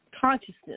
consciousness